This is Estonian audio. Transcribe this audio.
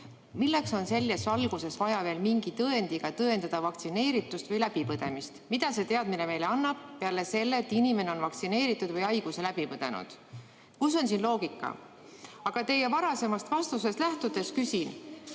Milleks on selles valguses vaja veel mingi tõendiga tõendada vaktsineeritust või läbipõdemist? Mida see teadmine meile annab peale selle, et inimene on vaktsineeritud või haiguse läbi põdenud? Kus on siin loogika? Aga teie varasemast vastusest lähtudes küsin,